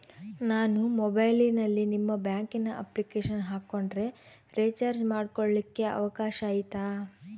ನಾನು ಮೊಬೈಲಿನಲ್ಲಿ ನಿಮ್ಮ ಬ್ಯಾಂಕಿನ ಅಪ್ಲಿಕೇಶನ್ ಹಾಕೊಂಡ್ರೆ ರೇಚಾರ್ಜ್ ಮಾಡ್ಕೊಳಿಕ್ಕೇ ಅವಕಾಶ ಐತಾ?